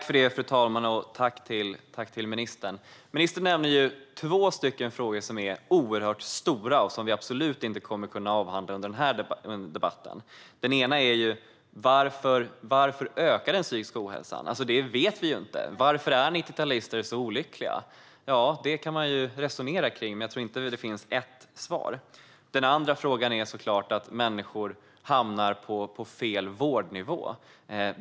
Fru talman! Tack, ministern! Ministern nämner två frågor som är oerhört stora och som vi absolut inte kommer att kunna avhandla under den här debatten. Den ena är varför den psykiska ohälsan ökar. Det vet vi inte. Varför är 90-talister så olyckliga? Det kan man resonera kring, men jag tror inte att det finns endast ett svar. Den andra frågan handlar såklart om att människor hamnar på fel vårdnivå.